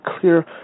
clear